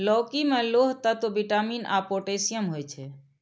लौकी मे लौह तत्व, विटामिन आ पोटेशियम होइ छै